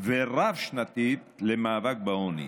ורב-שנתית למאבק בעוני,